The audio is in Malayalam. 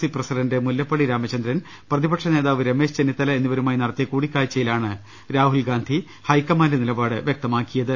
സി പ്രസിഡന്റ് മുല്ലപ്പള്ളി രാമചന്ദ്രൻ പ്രതിപക്ഷ നേതാവ് രമേശ് ചെന്നിത്തല എന്നിവരുമായി നടത്തിയ കൂടി ക്കാഴ്ചയിലാണ് രാഹുൽഗാന്ധി ഹൈക്കമാന്റ് നിലപാട് വ്യക്തമാക്കിയത്